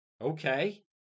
Okay